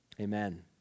amen